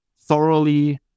thoroughly